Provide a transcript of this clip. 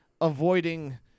avoiding